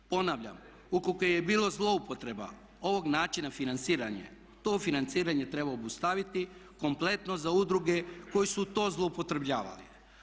Ponavljam, ukoliko je bilo zloupotreba ovog načina financiranja to financiranje treba obustaviti kompletno za udruge koji su to zloupotrjebljavali.